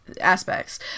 aspects